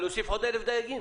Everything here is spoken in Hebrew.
להוסיף עוד 1,000 דייגים?